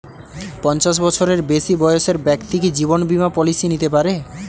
পঞ্চাশ বছরের বেশি বয়সের ব্যক্তি কি জীবন বীমা পলিসি নিতে পারে?